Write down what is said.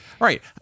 right